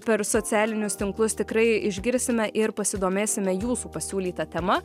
per socialinius tinklus tikrai išgirsime ir pasidomėsime jūsų pasiūlyta tema